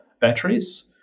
batteries